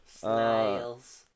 Snails